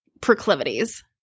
proclivities